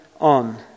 on